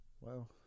Wow